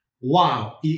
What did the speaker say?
wow